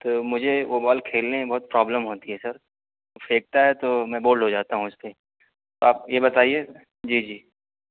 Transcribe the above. تو مجھے وہ بال کھیلنے میں بہت پرابلم ہوتی ہے سر وہ پھینکتا ہے تو میں بولڈ ہو جاتا ہوں اس پہ تو آپ یہ بتائیے جی جی